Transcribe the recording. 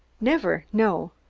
never, no.